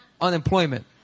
unemployment